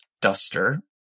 duster